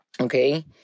Okay